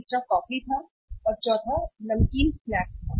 तीसरा कॉफी था और चौथा नमकीन स्नैक्स था